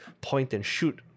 point-and-shoot